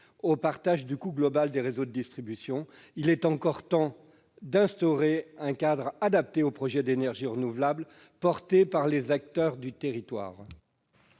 au partage du coût global des réseaux de distribution. Il est encore temps d'instaurer un cadre adapté aux projets d'énergies renouvelables portés par les acteurs du territoire.